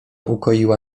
ukoiła